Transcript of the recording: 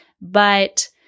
but-